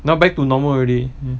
now back to normal already